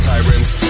Tyrants